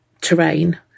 terrain